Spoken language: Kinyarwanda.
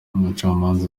umucamanza